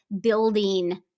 building